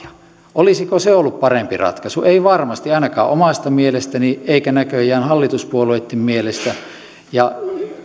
olisiko se ollut parempi ratkaisu ei varmasti ei ainakaan omasta mielestäni eikä näköjään hallituspuolueitten mielestä